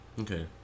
Okay